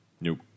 Nope